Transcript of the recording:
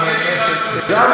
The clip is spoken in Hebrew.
חבר הכנסת גילאון.